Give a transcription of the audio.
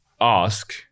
ask